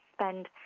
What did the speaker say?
spend